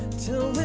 to